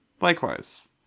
Likewise